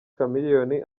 chameleone